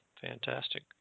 Fantastic